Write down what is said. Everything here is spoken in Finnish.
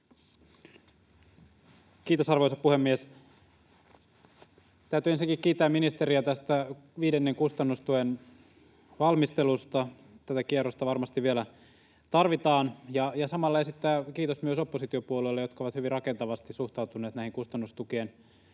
Kiitos, arvoisa puhemies! Täytyy ensinnäkin kiittää ministeriä tästä viidennen kustannustuen valmistelusta, tätä kierrosta varmasti vielä tarvitaan, ja samalla esittää kiitos myös oppositiopuolueille, jotka ovat hyvin rakentavasti suhtautuneet näihin kustannustukien eteenpäin